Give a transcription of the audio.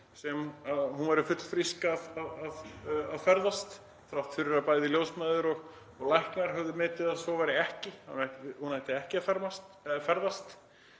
að hún væri fullfrísk og gæti ferðast þrátt fyrir að bæði ljósmæður og læknar hefðu metið að svo væri ekki, að hún ætti ekki að ferðast?